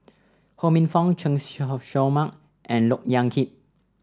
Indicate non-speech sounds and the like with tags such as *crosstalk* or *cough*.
Ho Minfong Chen *unintelligible* Show Mao and Look Yan Kit